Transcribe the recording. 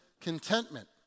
contentment